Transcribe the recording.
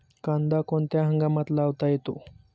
कांदा कोणत्या हंगामात लावता येतो?